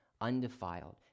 undefiled